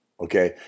Okay